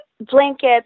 blankets